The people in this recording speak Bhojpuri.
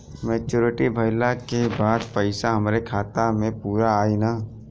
मच्योरिटी भईला के बाद पईसा हमरे खाता म पूरा आई न?